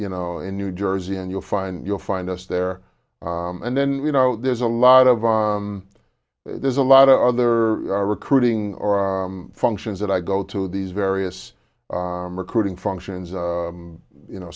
you know in new jersey and you'll find you'll find us there and then you know there's a lot of there's a lot of other recruiting functions that i go to these various recruiting functions you know